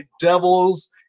Devils